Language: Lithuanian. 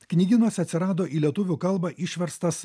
knygynuose atsirado į lietuvių kalbą išverstas